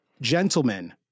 Gentlemen